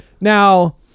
Now